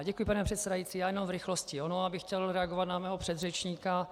Děkuji, pane předsedající, já jenom v rychlosti bych chtěl reagovat na svého předřečníka.